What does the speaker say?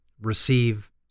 receive